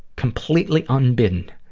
completely unbidden.